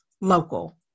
local